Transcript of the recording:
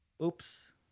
Oops